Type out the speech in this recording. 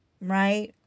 right